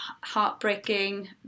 heartbreaking